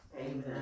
Amen